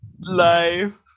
life